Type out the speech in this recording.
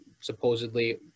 supposedly